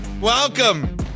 Welcome